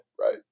right